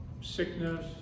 sickness